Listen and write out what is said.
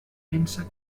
pensa